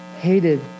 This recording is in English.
hated